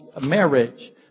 marriage